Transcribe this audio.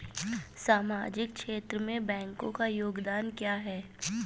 सामाजिक क्षेत्र में बैंकों का योगदान क्या है?